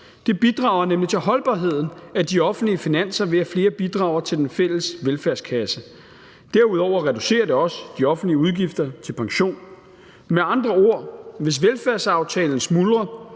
Det bidrager nemlig til holdbarheden af de offentlige finanser, ved at flere bidrager til den fælles velfærdskasse. Derudover reducerer det også de offentlige udgifter til pension. Med andre ord: Hvis velfærdsaftalen smuldrer,